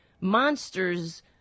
monsters